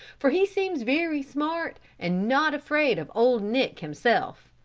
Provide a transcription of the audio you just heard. for he seems very smart and not afraid of old nick himself.